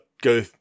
go